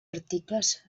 articles